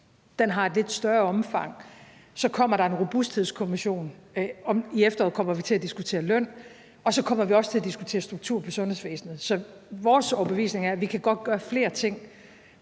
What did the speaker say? Den har et lidt større omfang. Så kommer der en Robusthedskommission. I efteråret kommer vi til at diskutere løn. Vi kommer også til at diskutere struktur på sundhedsvæsenet og selvfølgelig også i psykiatrien. Så vores overbevisning er, at vi godt kan gøre flere ting